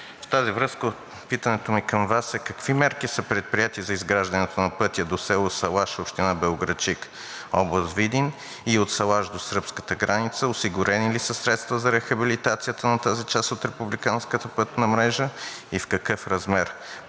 В тази връзка питането ми към Вас е: какви мерки са предприети за изграждането на пътя до село Салаш, община Белоградчик, област Видин и от Салаш до сръбската граница, осигурени ли са средствата за рехабилитацията на тази част от републиканската пътна мрежа и в какъв размер,